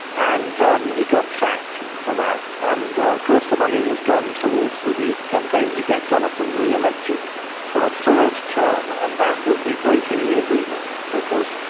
and um he got sacked for that. and of course the money has gone towards the new campaign to get jonathan re-elected for a third term, and that would be breaking the agreement because,